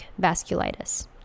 vasculitis